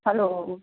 hello